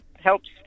helps